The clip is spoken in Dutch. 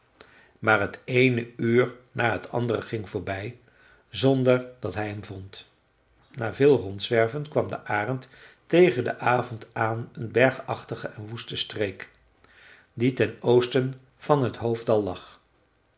maar t eene uur na het andere ging voorbij zonder dat hij hem vond na veel rondzwerven kwam de arend tegen den avond aan een bergachtige en woeste streek die ten oosten van het hoofddal lag